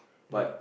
but